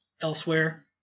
elsewhere